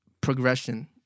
progression